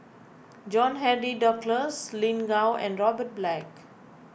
John Henry Duclos Lin Gao and Robert Black